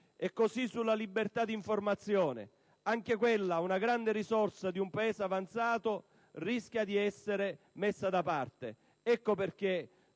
E così sulla libertà d'informazione: anche quella, una grande risorsa di un Paese avanzato, rischia di essere messa da parte. Ecco perché